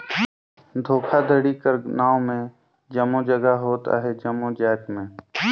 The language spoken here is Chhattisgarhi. धोखाघड़ी कर नांव में जम्मो जगहा होत अहे जम्मो जाएत में